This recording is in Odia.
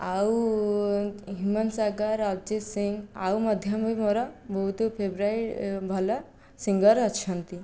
ଆଉ ହ୍ୟୁମାନ ସାଗର ଅର୍ଜିତ ସିଂ ଆଉ ମଧ୍ୟ ମୁଇଁ ମୋର ବହୁତ ଫେବ୍ରାଇଟ୍ ଭଲ ସିଙ୍ଗର ଅଛନ୍ତି